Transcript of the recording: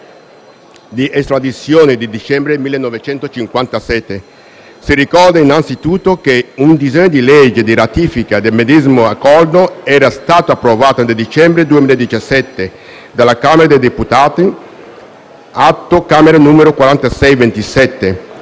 di estradizione del dicembre 1957. Si ricorda innanzitutto che un disegno di legge di ratifica del medesimo accordo era stato approvato nel dicembre 2017 dalla Camera dei deputati (Atto Camera 4627),